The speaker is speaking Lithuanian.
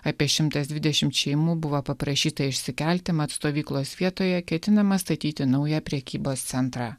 apie šimtas dvidešim šeimų buvo paprašyta išsikelti mat stovyklos vietoje ketinama statyti naują prekybos centrą